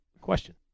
question